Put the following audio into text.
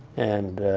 and